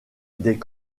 des